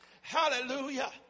Hallelujah